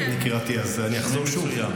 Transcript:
יקירתי, אז אני אחזור שוב.